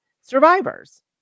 survivors